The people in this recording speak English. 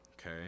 okay